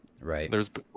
Right